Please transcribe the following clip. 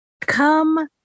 Come